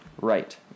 right